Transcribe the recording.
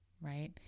right